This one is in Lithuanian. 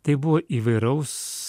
tai buvo įvairaus